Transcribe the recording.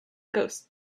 ghost